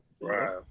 Right